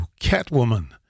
Catwoman